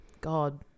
God